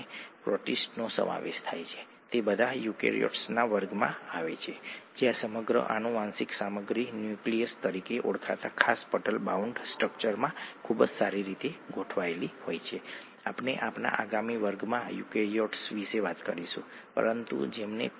અને અલબત્ત આપણે એ હકીકતથી શરૂઆત કરી હતી કે ત્યાં મોટી સંખ્યામાં સુક્ષ્મસજીવો છે અને તેમને વધુ સારી રીતે સમજવા માટે તેમને ગોઠવવાની રીતો છે ખરું ને